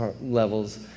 levels